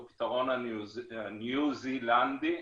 הוא הפתרון הניו זינלדי.